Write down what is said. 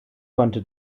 konnte